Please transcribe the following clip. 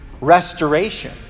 restoration